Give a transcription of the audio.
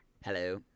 Hello